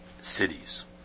cities